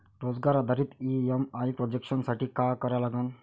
रोजगार आधारित EMI projection साठी का करा लागन?